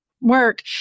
work